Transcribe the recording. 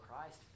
Christ